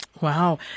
Wow